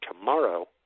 tomorrow